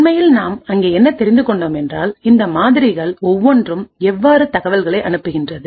உண்மையில் நாம் அங்கே என்ன தெரிந்து கொண்டோம் என்றால்இந்த மாதிரிகள் ஒவ்வொன்றும் எவ்வாறு தகவல்களை அனுப்புகின்றன